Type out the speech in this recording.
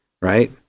Right